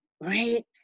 right